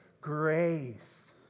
Grace